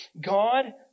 God